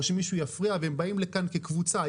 שמישהו יפריע והם באים לכאן כקבוצה.